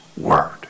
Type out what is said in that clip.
word